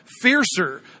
fiercer